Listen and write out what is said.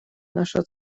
наша